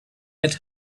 had